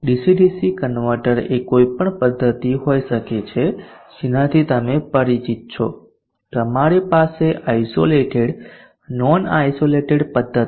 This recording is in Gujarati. ડીસી ડીસી કન્વર્ટર એ કોઈપણ પધ્ધતિ હોઈ શકે છે કે જેનાથી તમે પરિચિત છો તમારી પાસે આઈસોલેટેડ નોન આઈસોલેટેડ પધ્ધતિ છે